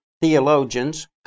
theologians